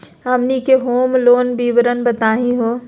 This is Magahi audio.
हमनी के होम लोन के विवरण बताही हो?